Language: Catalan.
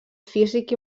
físic